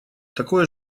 такое